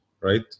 right